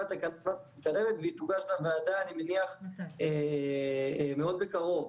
מתקדמת והיא תוגש לוועדה אני מניח מאוד בקרוב.